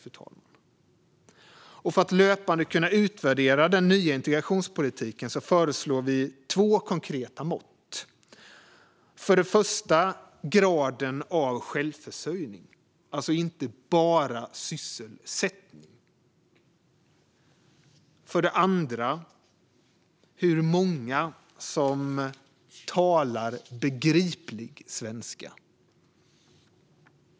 För att löpande kunna utvärdera den nya integrationspolitiken föreslår vi två konkreta mått. För det första graden av självförsörjning, alltså inte bara sysselsättning. För det andra hur många som talar begriplig svenska.